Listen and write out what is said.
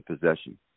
possession